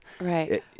Right